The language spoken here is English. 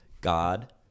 God